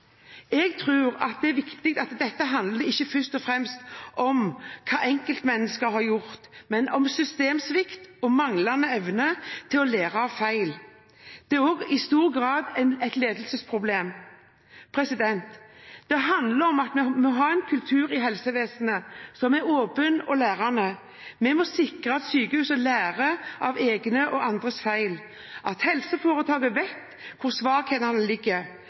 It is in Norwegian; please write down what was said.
Jeg tror at det som er viktig, er at dette ikke først og fremst handler om hva enkeltmennesker har gjort, men om systemsvikt og manglende evne til å lære av feil. Det er også i stor grad et ledelsesproblem. Det handler om at vi må ha en kultur i helsevesenet som er åpen og lærende. Vi må sikre at sykehuset lærer av egne og andres feil, og at helseforetaket vet hvor svakhetene ligger.